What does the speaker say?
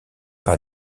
par